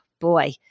boy